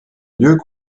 lieux